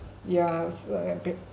ya it was like a bit